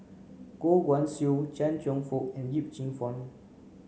Goh Guan Siew Chia Cheong Fook and Yip Cheong Fun